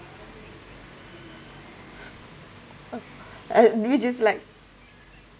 uh maybe just like